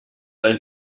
ein